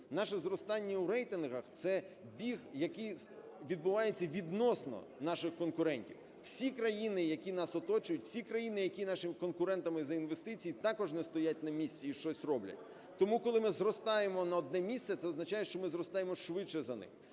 Наше зростання у рейтингах – це біг, який відбувається відносно наших конкурентів. Всі країни, які нас оточують, всі країни, які є нашими конкурентами за інвестиції, також не стоять на місці і щось роблять. Тому, коли ми зростаємо на одне місце, це означає, що ми зростаємо швидше за них.